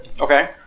Okay